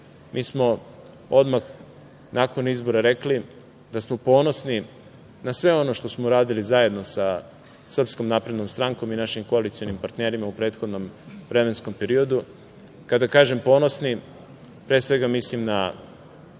mi smo odmah nakon izbora rekli da smo ponosni na sve ono što smo radili zajedno sa Srpskom naprednom strankom i našim koalicionim partnerima u prethodnom vremenskom periodu. Kada kažem ponosni, pre svega mislim na